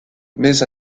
mais